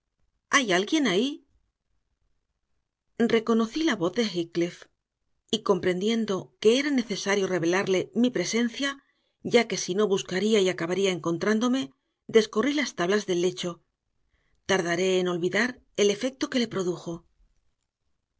hay alguien ahí reconocí la voz de heathcliff y comprendiendo que era necesario revelarle mi presencia ya que si no buscaría y acabaría encontrándome descorrí las tablas del lecho tardaré en olvidar el efecto que le produjo